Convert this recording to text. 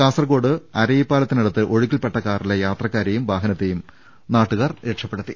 കാസർകോട്ട് അരയിപ്പാലത്തിന ടുത്ത് ഒഴുക്കിൽപ്പെട്ട കാറിലെ യാത്രക്കാരേയും വാഹ നത്തേയും നാട്ടുകാർ രക്ഷപ്പെടുത്തി